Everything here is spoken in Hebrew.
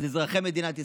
אז אזרחי מדינת ישראל,